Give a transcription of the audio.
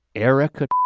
erica.